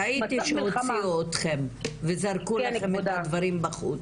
ראיתי שהוציאו אותכם וזרקו לכם את הדברים בחוץ.